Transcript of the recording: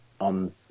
on